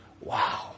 Wow